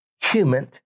human